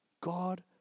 God